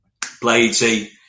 Bladesy